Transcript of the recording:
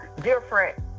different